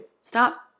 stop